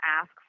ask